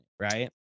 Right